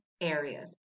areas